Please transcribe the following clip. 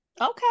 Okay